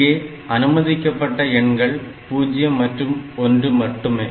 இங்கே அனுமதிக்கப்பட்ட எண்கள் 0 மற்றும் 1 மட்டுமே